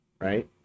right